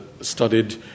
studied